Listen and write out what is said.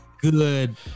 good